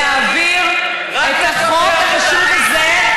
להעביר את החוק החשוב הזה,